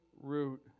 root